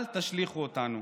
אל תשליכו אותנו.